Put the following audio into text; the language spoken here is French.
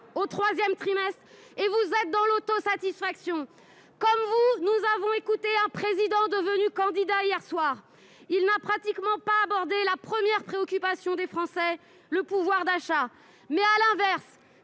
au troisième trimestre ! Comme vous, nous avons écouté un président devenu candidat hier soi. Il n'a pratiquement pas abordé la première préoccupation des Français : le pouvoir d'achat. À l'inverse,